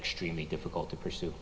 extremely difficult to pursue